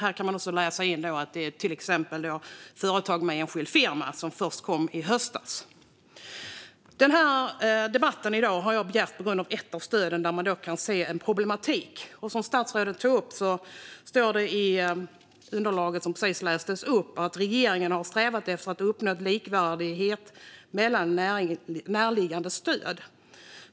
Till exempel kom stöden till de företag som drivs som enskild firma först i höstas. Jag har begärt den här debatten på grund av att det finns en problematik med ett av stöden. Statsrådet tog upp att "regeringen har strävat efter att uppnå en likvärdighet mellan närliggande stöd.